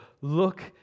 Look